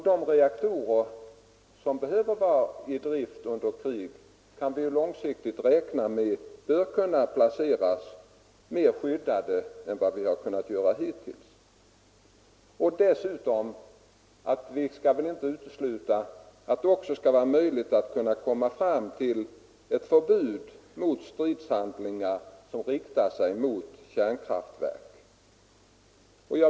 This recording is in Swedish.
De reaktorer som behöver vara i drift under krig kan vi långsiktigt räkna med att kunna placera mer skyddat än vad som hittills varit möjligt. Dessutom skall vi väl inte utesluta att det kan bli möjligt att komma fram till ett förbud mot stridshandlingar som riktar sig mot kärnkraftverk.